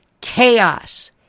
chaos